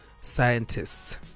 scientists